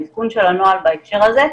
העדכון של הנוהל בהסדר הזה,